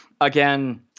Again